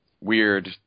weird